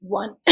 one